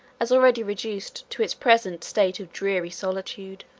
as already reduced to its present state of dreary solitude.